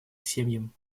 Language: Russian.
семьям